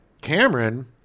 cameron